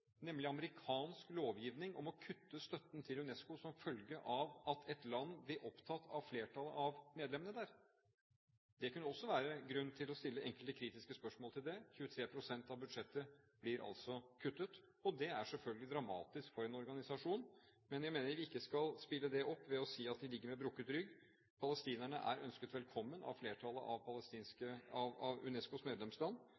nemlig amerikansk lovgivning om å kutte støtten til UNESCO som følge av at et land blir opptatt av flertallet av medlemmene der. Det kunne også være grunn til å stille enkelte kritiske spørsmål til det. 23 pst. av budsjettet blir altså kuttet, og det er selvfølgelig dramatisk for en organisasjon. Men jeg mener vi ikke skal spille det opp ved å si at de ligger med «brukket rygg». Palestinerne er ønsket velkommen av flertallet av